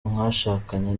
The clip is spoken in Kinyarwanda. mwashakanye